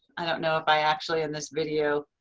i don't know if i actually in this video